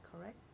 correct